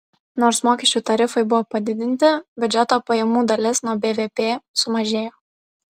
nors mokesčių tarifai buvo padidinti biudžeto pajamų dalis nuo bvp sumažėjo